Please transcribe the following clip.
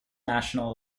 national